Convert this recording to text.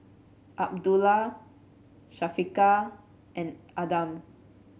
Abdullah Syafiqah and Adam